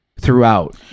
throughout